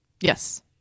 Yes